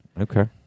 Okay